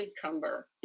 cucumber